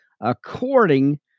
according